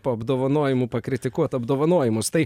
po apdovanojimų pakritikuoti apdovanojimus tai